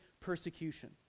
persecution